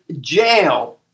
jail